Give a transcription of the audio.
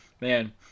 man